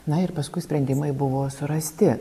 na ir paskui sprendimai buvo surasti